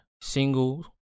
single